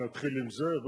להתחיל עם זה?